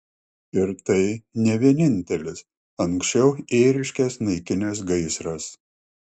ir tai ne vienintelis anksčiau ėriškes naikinęs gaisras